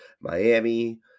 Miami